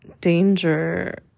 danger